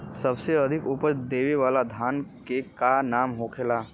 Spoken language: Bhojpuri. सबसे अधिक उपज देवे वाला धान के का नाम होखे ला?